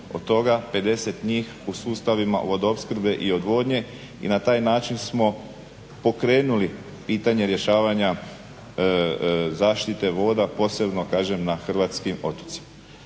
Od toga 50 njih u sustavima vodoopskrbe i odvodnje i na taj način smo pokrenuli pitanje rješavanja zaštite voda, posebno kažem na hrvatskim otocima.